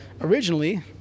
originally